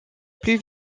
plus